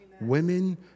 Women